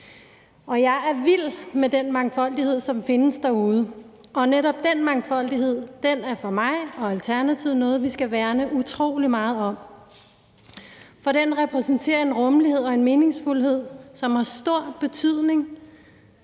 Og jeg er vild med den mangfoldighed, som findes derude, og netop den mangfoldighed er for mig og Alternativet noget, vi skal værne utrolig meget om, for den repræsenterer en rummelighed og en meningsfuldhed, som har stor betydning